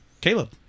Caleb